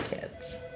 kids